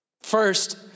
First